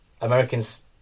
Americans